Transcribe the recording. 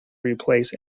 replace